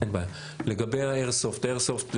לגבי האיירסופט,